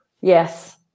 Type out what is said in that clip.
yes